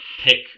Pick